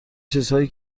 چیزهایی